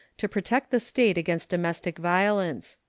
to protect the state against domestic violence.